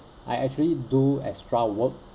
I actually do extra work